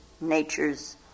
nature's